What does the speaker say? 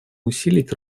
усилить